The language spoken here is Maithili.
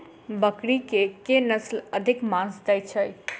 बकरी केँ के नस्ल अधिक मांस दैय छैय?